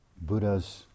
Buddha's